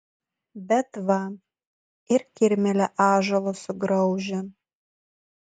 bet va ir kirmėlė ąžuolą sugraužia